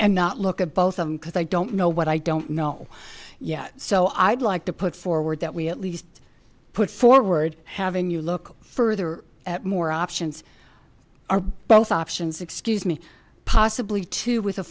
and not look at both of them because i don't know what i don't know yet so i'd like to put forward that we at least put forward haven't you look further at more options are both options excuse me possibly to with